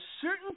certain